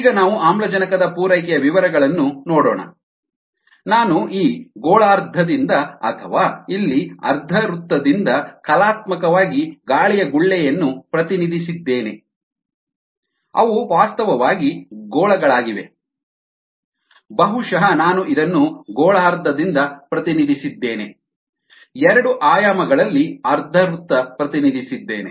ಈಗ ನಾವು ಆಮ್ಲಜನಕದ ಪೂರೈಕೆಯ ವಿವರಗಳನ್ನು ನೋಡೋಣ ನಾನು ಈ ಗೋಳಾರ್ಧದಿಂದ ಅಥವಾ ಇಲ್ಲಿ ಅರ್ಧವೃತ್ತದಿಂದ ಕಲಾತ್ಮಕವಾಗಿ ಗಾಳಿಯ ಗುಳ್ಳೆಯನ್ನು ಪ್ರತಿನಿಧಿಸಿದ್ದೇನೆ ಅವು ವಾಸ್ತವವಾಗಿ ಗೋಳಗಳಾಗಿವೆ ಬಹುಶಃ ನಾನು ಇದನ್ನು ಗೋಳಾರ್ಧದಿಂದ ಪ್ರತಿನಿಧಿಸಿದ್ದೇನೆ ಎರಡು ಆಯಾಮಗಳಲ್ಲಿ ಅರ್ಧವೃತ್ತ ಪ್ರತಿನಿಧಿಸಿದ್ದೇನೆ